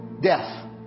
death